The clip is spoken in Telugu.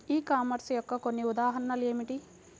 ఈ కామర్స్ యొక్క కొన్ని ఉదాహరణలు ఏమిటి?